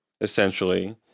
essentially